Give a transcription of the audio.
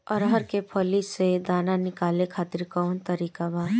अरहर के फली से दाना निकाले खातिर कवन तकनीक बा का?